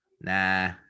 Nah